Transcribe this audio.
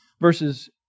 Verses